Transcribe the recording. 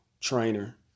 trainer